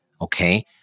Okay